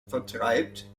vertreibt